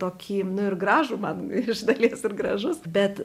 tokį nu ir gražų man iš dalies ir gražus bet